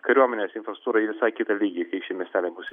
kariuomenės infrastruktūrą į visai kitą lygį kai šie miesteliai bus